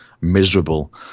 miserable